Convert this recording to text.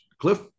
Cliff